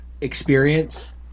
experience